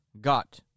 got